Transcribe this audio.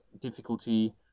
difficulty